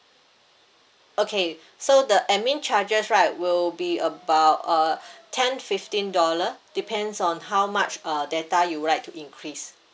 okay so the admin charges right will be about uh ten fifteen dollar depends on how much uh data you would like to increase